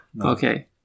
Okay